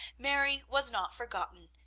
mary was not forgotten,